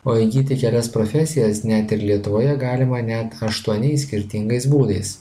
o įgyti kelias profesijas net ir lietuvoje galima net aštuoniais skirtingais būdais